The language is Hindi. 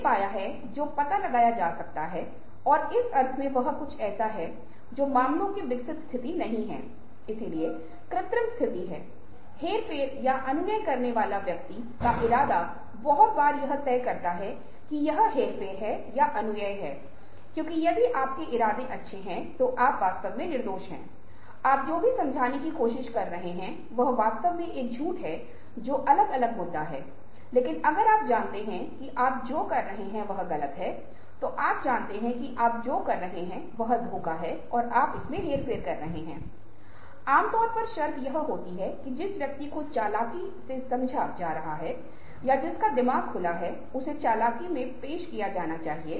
तो भावनात्मक परिपक्वता या भावनात्मक बुद्धिमत्ता वाले व्यक्ति के कई सकारात्मक परिणाम हैं और ये लोग वास्तव में दुर्लभ सामान हैं जिनके पास परिपक्वता और उच्च भावनात्मक परिपक्वता है यह आपके संज्ञान से भी जुड़ादेगा